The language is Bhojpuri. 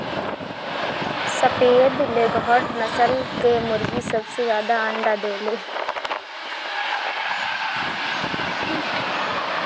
सफ़ेद लेघोर्न नस्ल कअ मुर्गी सबसे ज्यादा अंडा देले